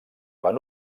van